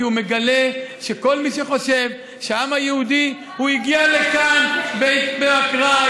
כי הוא מגלה שכל מי שחושב שהעם היהודי הגיע לכאן באקראי,